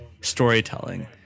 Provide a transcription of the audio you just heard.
storytelling